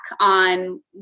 on